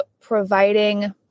providing